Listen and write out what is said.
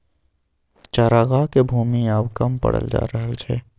चरागाहक भूमि आब कम पड़ल जा रहल छै